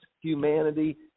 humanity